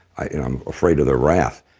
i am afraid of the wrath.